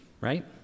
right